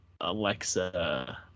Alexa